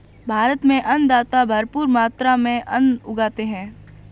भारत में अन्नदाता भरपूर मात्रा में अन्न उगाते हैं